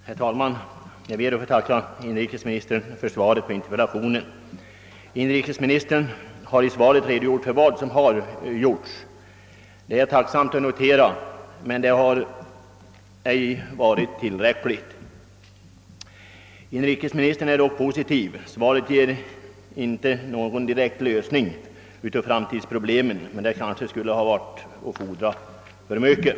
Herr talman! Jag ber att få tacka inrikesministern för svaret på min interpellation. Han har i detta redogjort för vad som har gjorts. Det är jag tacksam att notera, men det har ej varit tillräckligt. Inrikesministern är dock positivt inställd, även om svaret inte ger någon direkt lösning av framtidsproblemen — men det kanske skulle ha varit att fordra för mycket.